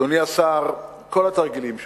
אדוני השר, כל התרגילים שעושים,